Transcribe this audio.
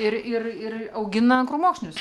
ir ir ir augina krūmokšnius